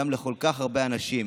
אלא גם לכל כך הרבה אנשים.